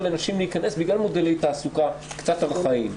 לנשים להכנס בגלל מודלי תעסוקה קצת ארכאיים,